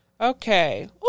Okay